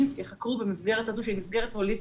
ייחקרו במסגרת הזו שהיא מסגרת הוליסטית,